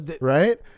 right